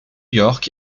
york